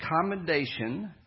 commendation